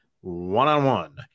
one-on-one